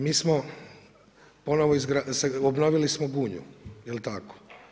Mi smo ponovo, obnovili smo Gunju jel' tako?